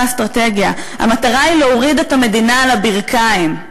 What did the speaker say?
אסטרטגיה: המטרה היא להוריד את המדינה על הברכיים,